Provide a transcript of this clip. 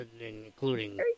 including